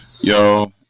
Yo